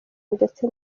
ndetse